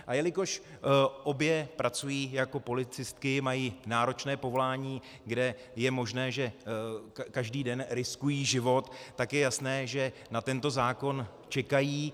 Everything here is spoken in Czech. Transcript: A jelikož obě pracují jako policistky, mají náročné povolání, kde je možné, že každý den riskují život, tak je jasné, že na tento zákon čekají.